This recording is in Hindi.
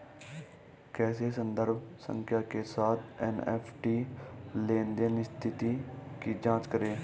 कैसे संदर्भ संख्या के साथ एन.ई.एफ.टी लेनदेन स्थिति की जांच करें?